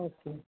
okay